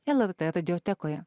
lrt radiotekoje